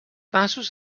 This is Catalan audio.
masos